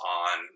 on